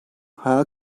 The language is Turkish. hayal